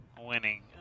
winning